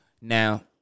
Now